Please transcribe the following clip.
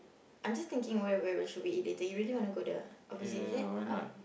I'm just thinking where where should we eat later you really wanna go the opposite is it !huh!